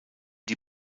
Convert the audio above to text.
die